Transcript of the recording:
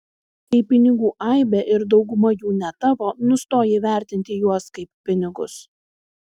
kai pinigų aibė ir dauguma jų ne tavo nustoji vertinti juos kaip pinigus